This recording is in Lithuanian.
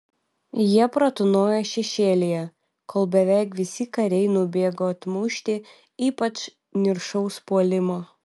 jie pratūnojo šešėlyje kol beveik visi kariai nubėgo atmušti ypač niršaus puolimo